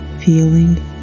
feeling